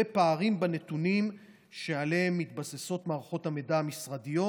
ופערים בנתונים שעליהם מתבססות מערכת המידע המשרדיות